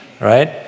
Right